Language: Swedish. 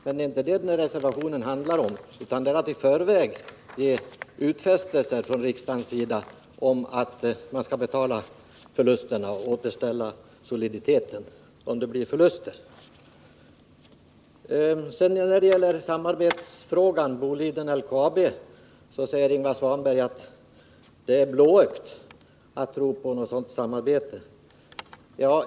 Men det är inte det denna reservation handlar om, utan det är att riksdagen i förväg skall göra utfästelser att betala eventuella förluster och återställa soliditeten. När det gäller frågan om samarbetet mellan Boliden och LKAB säger Ingvar Svanberg att det är blåögt att tro på något sådant samarbete.